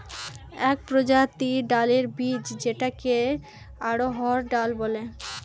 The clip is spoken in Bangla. এক প্রজাতির ডালের বীজ যেটাকে অড়হর ডাল বলে